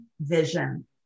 vision